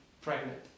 pregnant